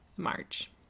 March